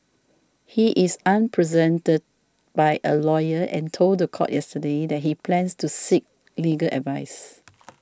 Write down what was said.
he is unrepresented by a lawyer and told the court yesterday that he plans to seek legal advice